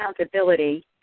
accountability